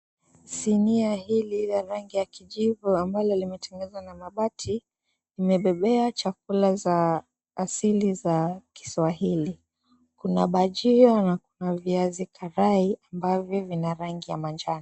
Sinia hili la rangi ya kijivu ambalo limetengezwa na mabati, limebebea chakula za asili za Kiswahili. Kuna bajia na viazi karai ambavyo vina rangi ya manjano.